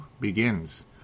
begins